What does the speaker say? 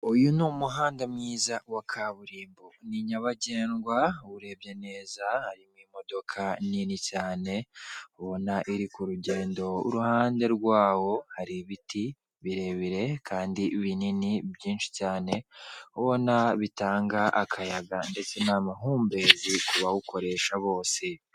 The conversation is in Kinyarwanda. Uyu ni umuhanda mwiza wa kaburimbo, ni nyabagendwa urebye neza harimo imodoka nini cyane, ubona iri ku rugendo iruhande rwawo hari ibiti birebire kandi binini byinshi cyane, ubona bitanga akayaga ndetse n'amahumbezi ku bawukoresha bose.